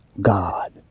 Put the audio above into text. God